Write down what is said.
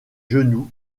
genoux